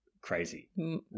crazy